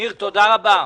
ניר, תודה רבה.